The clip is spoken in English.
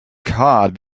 cart